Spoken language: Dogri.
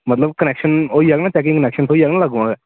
मतलब कनेक्शन सैकेंड कनेक्शन थ्होई जाङन अग्गें गै